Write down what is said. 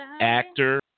actor